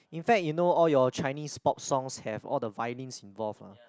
in fact you know all your Chinese pop songs have all the violins involved lah